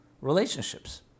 relationships